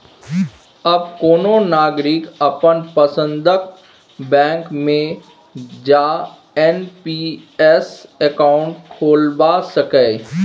आब कोनो नागरिक अपन पसंदक बैंक मे जा एन.पी.एस अकाउंट खोलबा सकैए